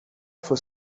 for